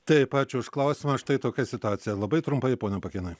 taip ačiū už klausimą štai tokia situacija labai trumpai pone pakėnai